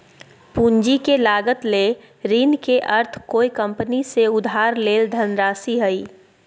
पूंजी के लागत ले ऋण के अर्थ कोय कंपनी से उधार लेल धनराशि हइ